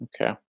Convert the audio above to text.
Okay